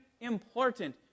important